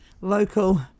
local